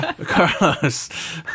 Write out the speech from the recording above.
Carlos